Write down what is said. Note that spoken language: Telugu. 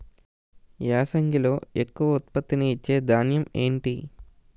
యాసంగిలో ఎక్కువ ఉత్పత్తిని ఇచే ధాన్యం ఏంటి?